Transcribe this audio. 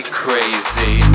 crazy